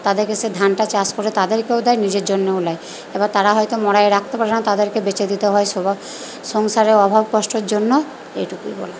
তাদেরকে সে ধানটা চাষ করে তাদেরকেও দেয় নিজের জন্যও নেয় এবার তারা হয়তো মড়াইয়ে রাখতে পারে না তাদেরকে বেচে দিতে হয় সবাই সংসারে অভাব কষ্টর জন্য এইটুকুই বলা